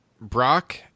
brock